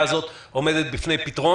יש הבדל גדול.